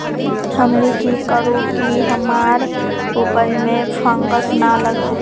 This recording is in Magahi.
हमनी की करू की हमार उपज में फंगस ना लगे?